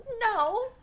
No